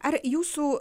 ar jūsų